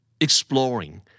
Exploring